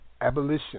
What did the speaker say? Abolition